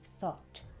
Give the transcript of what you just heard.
thought